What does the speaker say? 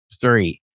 three